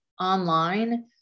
online